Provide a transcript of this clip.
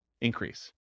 increase